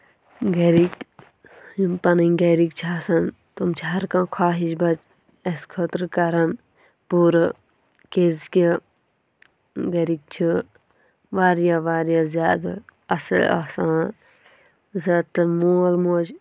گَرِکۍ یِم پَنٕنۍ گَرِکۍ چھِ آسَان تِم چھِ ہَر کانٛہہ خوہش بَچہِ اَسہِ خٲطرٕ کَران پوٗرٕ کیٛازِ کہِ گَرِکۍ چھِ واریاہ واریاہ زیادٕ اَصٕل آسان زیادٕ تَر مول موج